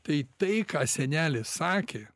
tai tai ką senelis sakė